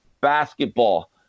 basketball